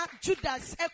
Judas